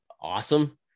awesome